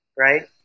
right